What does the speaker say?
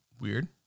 Weird